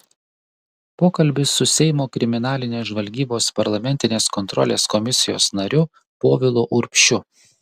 pokalbis su seimo kriminalinės žvalgybos parlamentinės kontrolės komisijos nariu povilu urbšiu